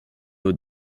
haut